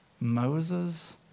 Moses